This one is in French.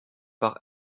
par